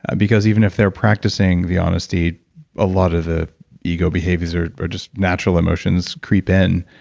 because even if they're practicing the honesty a lot of the ego behaviors or or just natural emotions creep in.